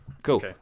Cool